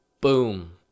boom